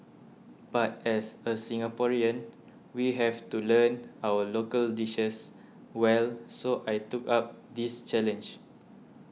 but as a Singaporean we have to learn our local dishes well so I took up this challenge